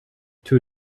two